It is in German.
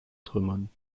trümmern